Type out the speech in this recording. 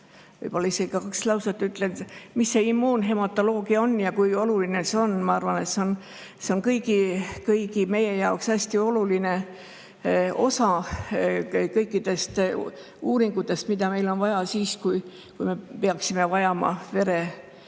võib-olla isegi kaks lauset ütlen, mis see immuunhematoloogia on ja kui oluline see on. Ma arvan, et see on kõigi meie jaoks hästi oluline osa nendest uuringutest, mida meil on vaja siis, kui me peaksime vajama